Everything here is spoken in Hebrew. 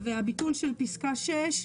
הביטול של פסקה (6)